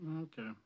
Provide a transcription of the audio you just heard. Okay